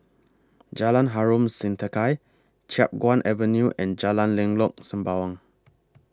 Jalan Harom Setangkai Chiap Guan Avenue and Jalan Lengkok Sembawang